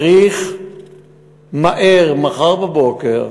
צריך מהר, מחר בבוקר,